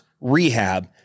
rehab